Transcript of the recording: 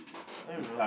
I don't know